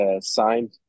signed